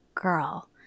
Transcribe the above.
girl